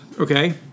okay